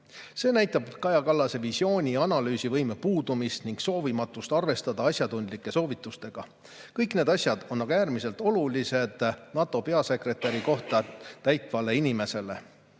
näitab Kaja Kallase visiooni ja analüüsivõime puudumist ning soovimatust arvestada asjatundlike soovitustega. Kõik need asjad on aga äärmiselt olulised NATO peasekretäri kohta täitva inimese